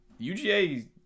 UGA